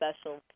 special